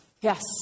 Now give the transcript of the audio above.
Yes